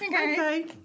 Okay